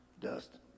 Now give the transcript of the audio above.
dust